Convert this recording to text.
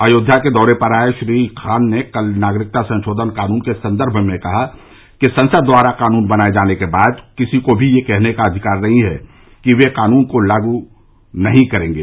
अयोध्या के दौरे पर आए श्री खान ने कल नागरिकता संशोधन कानुन के संदर्भ में कहा कि संसद द्वारा कानून बनाए जाने के बाद किसी को भी यह कहने का अधिकार नहीं है कि वे कानून को लागू नहीं करेंगे